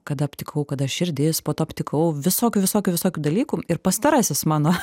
kada aptikau kada širdis po to aptikau visokių visokių visokių dalykų ir pastarasis mano